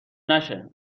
نشه